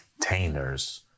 containers